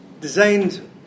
designed